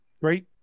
great